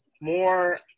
more